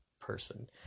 person